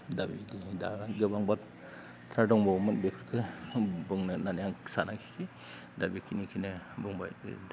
दा बेबायदिहाय दा गोबां बाथ्रा दंबावोमोन बेफोरखो बुंनो होननानै सानाखिसै दा बेखिनिखोनो बुंबाय गोजोन्थों